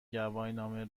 گواهینامه